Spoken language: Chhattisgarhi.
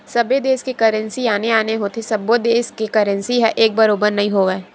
सबे देस के करेंसी आने आने होथे सब्बो देस के करेंसी ह एक बरोबर नइ होवय